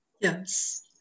Yes